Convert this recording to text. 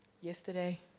yesterday